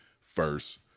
first